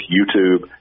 YouTube